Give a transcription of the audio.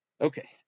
okay